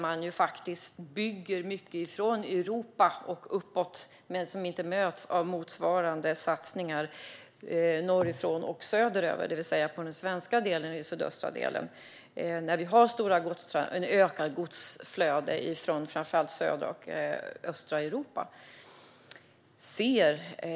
Man bygger faktiskt mycket från Europa och uppåt, men det möts inte av motsvarande satsningar norrifrån och söderut, det vill säga i den svenska delen av den sydöstra delen, där vi har ett ökat godsflöde från framför allt södra och östra Europa.